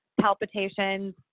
palpitations